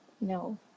No